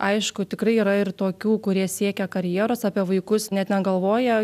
aišku tikrai yra ir tokių kurie siekia karjeros apie vaikus net negalvoja